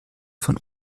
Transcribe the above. von